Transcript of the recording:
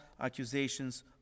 accusations